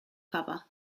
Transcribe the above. cover